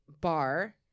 bar